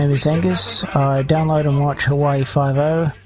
and is angus. i download and watch hawaii five-o,